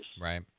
right